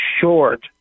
short